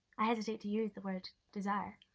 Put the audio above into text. i hesitate to use the word desire.